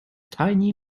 tiny